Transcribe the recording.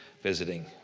visiting